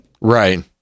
Right